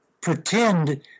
pretend